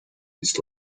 its